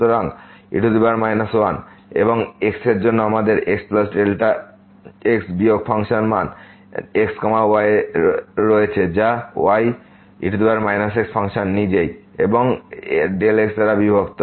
সুতরাং e এবং x এর জন্য আমাদের xx বিয়োগ ফাংশন মান x y এ রয়েছে যা ye x ফাংশন নিজেই এবং x দ্বারা বিভক্ত